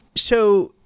so,